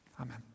amen